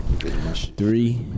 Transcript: Three